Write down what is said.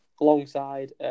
alongside